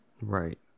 Right